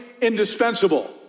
indispensable